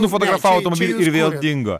nufotografavo automobilį ir vėl dingo